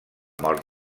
mort